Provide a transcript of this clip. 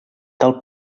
tal